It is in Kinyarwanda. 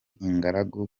ingaragu